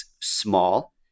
small